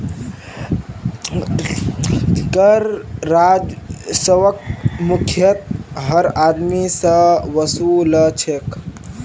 कर राजस्वक मुख्यतयः हर आदमी स वसू ल छेक